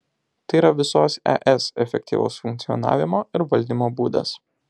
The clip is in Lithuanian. tai yra visos es efektyvaus funkcionavimo ir valdymo būdas